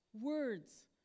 words